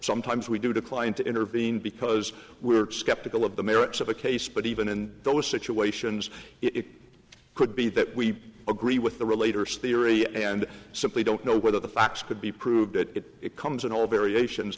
sometimes we do decline to intervene because we are skeptical of the merits of the case but even in those situations it could be that we agree with the relator styria and simply don't know whether the facts could be proved that it comes in all variations